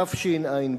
התשע"ב